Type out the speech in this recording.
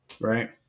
right